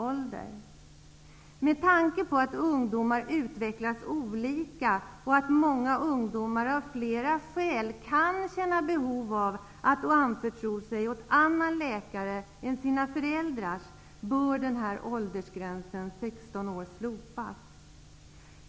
Med tanke på att ungdomar utvecklas olika och att många ungdomar, av flera skäl, kan känna behov av att anförtro sig åt annan läkare än sina föräldrars, bör åldersgränsen 16 år slopas.